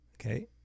okay